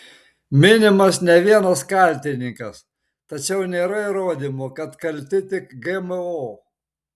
minimas ne vienas kaltininkas tačiau nėra įrodymų kad kalti tik gmo